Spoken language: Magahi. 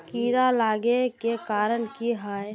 कीड़ा लागे के कारण की हाँ?